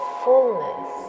fullness